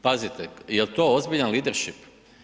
Pazite, jel to ozbiljan lideršip?